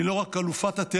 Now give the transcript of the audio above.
היא לא רק אלופת התארים,